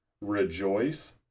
rejoice